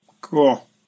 Cool